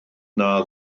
yna